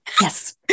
Yes